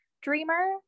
dreamer